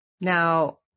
Now